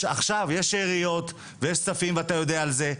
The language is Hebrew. יש שאריות ויש כספים ואתה יודע על זה.